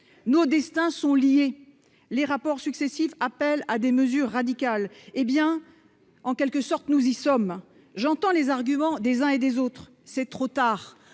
Nos destins sont liés. Les rapports successifs appellent à des mesures radicales. Nous y sommes ! J'entends les arguments des uns et des autres : c'est trop tard.